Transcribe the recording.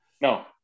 no